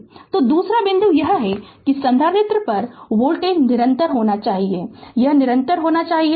Refer Slide Time 1919 तो दूसरा बिंदु यह है कि संधारित्र पर वोल्टेज निरंतर होना चाहिए यह निरंतर होना चाहिए